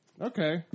Okay